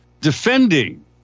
Defending